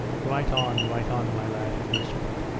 write on, write on, my lad he whispered,